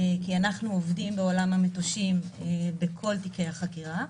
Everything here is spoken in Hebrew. כי אנחנו עובדים בעולם המטושים בכל תיקי החקירה.